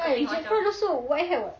kan jack frost also white hair [what]